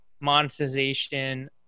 monetization